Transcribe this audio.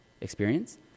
experience